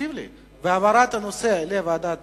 הנושא לוועדת